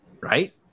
Right